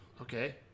Okay